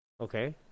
Okay